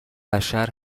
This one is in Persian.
بشر